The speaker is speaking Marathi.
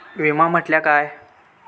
विमा म्हटल्या काय?